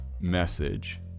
message